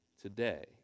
today